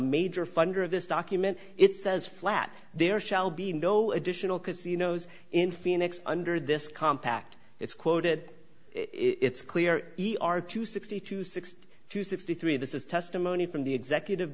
major funder of this document it says flat there shall be no additional casinos in phoenix under this compact it's quoted it's clear e r to sixty two sixty two sixty three this is testimony from the executive